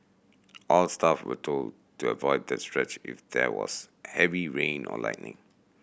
all staff were told to avoid that stretch if there was heavy rain or lightning